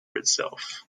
itself